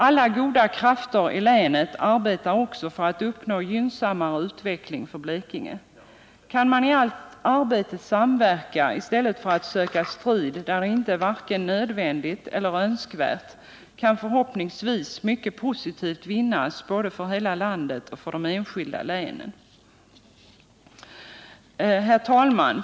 Alla goda krafter i länet arbetar också för att uppnå en gynnsammare utveckling för Blekinge. Kan man i allt arbete samverka i stället för att söka strid där det inte är vare sig nödvändigt eller önskvärt kan förhoppningsvis mycket positivt vinnas både för hela landet och för de enskilda länen.